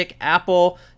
Apple